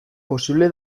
posible